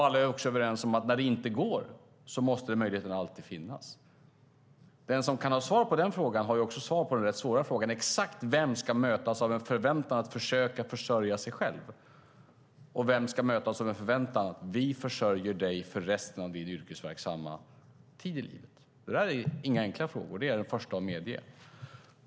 Alla är också överens om att när det inte går måste denna möjlighet alltid finnas. Den som kan ha svar på denna fråga har också svar på den rätt svåra frågan om exakt vem som ska mötas av en förväntan att försöka försörja sig själv och vem som ska mötas av en förväntan som innebär att vi försörjer dig för resten av ditt yrkesverksamma liv. Detta är inga enkla frågor; det är jag den förste att medge.